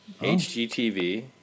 HGTV